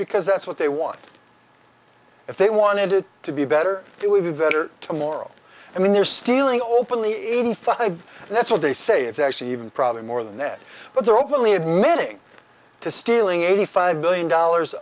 because that's what they want if they wanted it to be better it would be better to morrow and then they're stealing openly eighty five that's what they say it's actually even probably more than ned but they're openly admitting to stealing eighty five billion dollars